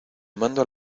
mando